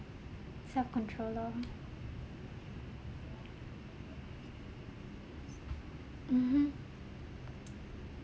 self control lor mmhmm